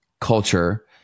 culture